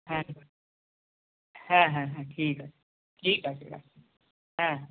হ্যাঁ হ্যাঁ হ্যাঁ হ্যাঁ ঠিক আছে ঠিক আছে রাখুন হ্যাঁ হ্যাঁ